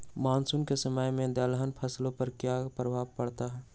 Monsoon के समय में दलहन फसलो पर क्या प्रभाव पड़ता हैँ?